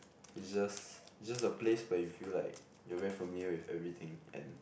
it's just it's just a place but you feel like you're very familiar with everything and